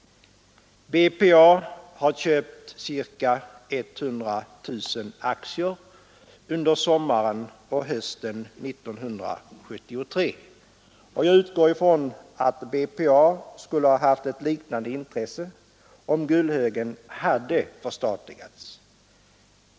BPA har köpt ca 100 000 aktier under sommaren och hösten 1973. Jag utgår ifrån att BPA skulle ha haft ett liknande intresse, om Gullhögen hade förstatligats.